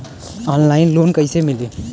Online loan कइसे मिली?